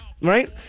Right